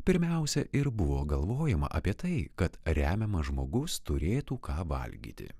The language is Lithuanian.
pirmiausia ir buvo galvojama apie tai kad remiamas žmogus turėtų ką valgyti